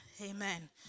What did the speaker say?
amen